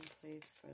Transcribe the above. please